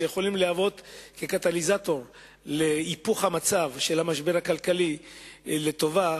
שיכולים להוות קטליזטור להיפוך המצב של המשבר הכלכלי לטובה,